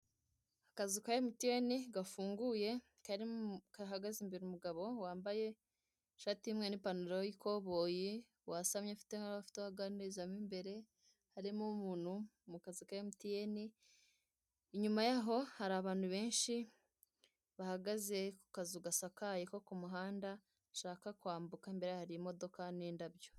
Akazu ka emutiyene gafunguye kahagaze imbere umugabo wambaye ishati y'umweru n'ipantaro y'ikoboyi, wasamye afite nk'aho afite uwo aganiriza mo imbere, harimo umuntu mu kazu ka emutiyene, inyuma yaho hari abantu benshi bahagaze ku kazu gasakaye ko ku muhanda, bashaka kwambuka imbere yaho hari imodoka n'indabyo.